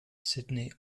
sydney